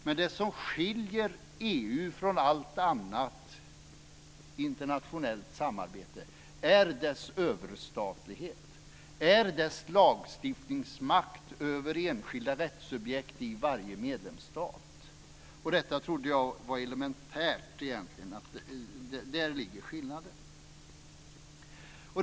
Men det som skiljer EU från allt annat internationellt samarbete är dess överstatlighet och dess lagstiftningsmakt över enskilda rättssubjekt i varje medlemsstat. Jag trodde att det var elementärt att skillnaden ligger där.